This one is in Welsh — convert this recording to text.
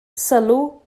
sylw